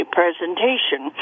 presentation